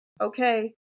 okay